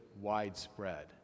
widespread